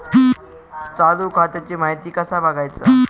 चालू खात्याची माहिती कसा बगायचा?